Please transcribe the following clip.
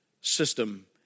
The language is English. system